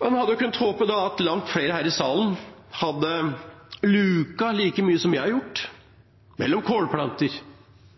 at langt flere her i salen hadde luket like mye som jeg har gjort mellom kålplanter